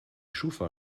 schufa